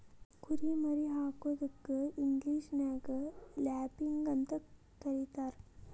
ಕುರಿ ಮರಿ ಹಾಕೋದಕ್ಕ ಇಂಗ್ಲೇಷನ್ಯಾಗ ಲ್ಯಾಬಿಂಗ್ ಅಂತ ಕರೇತಾರ